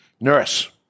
Nurse